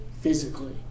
physically